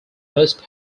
most